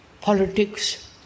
politics